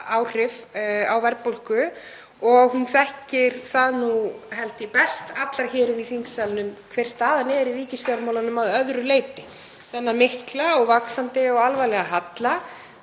áhrif á verðbólgu og hún þekkir nú held ég best allra hér inni í þingsalnum hver staðan er í ríkisfjármálunum að öðru leyti, þekkir þennan mikla, vaxandi og alvarlega halla,